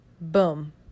Boom